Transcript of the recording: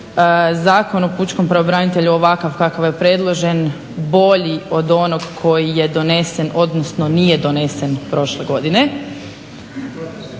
Zakon o pučkom pravobranitelju ovakav kakav je predložen bolji od onoga koji je donesen, odnosno nije donesen prošle godine.